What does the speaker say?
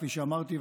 כפי שאמרתי,